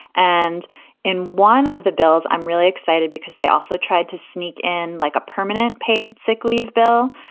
and in one of the bills, i'm really excited because they also tried to sneak in like a permanent paid sick leave bill.